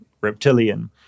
reptilian